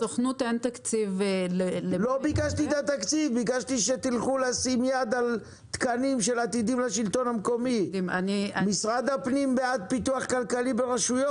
נגב גליל עשו מענקים כאלה, והם עבדו.